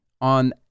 on